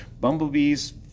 bumblebees